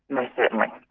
most certainly,